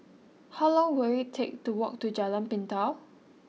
how long will it take to walk to Jalan Pintau